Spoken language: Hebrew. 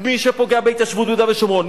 מי שפוגע בהתיישבות ביהודה ושומרון,